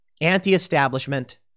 anti-establishment